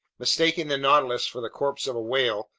mistaking the nautilus for the corpse of a whale,